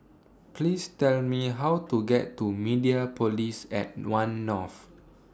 Please Tell Me How to get to Mediapolis At one North